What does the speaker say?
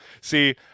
See